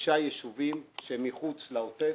שישה ישובים שהם מחוץ לעוטף,